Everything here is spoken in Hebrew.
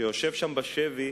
שיושב שם בשבי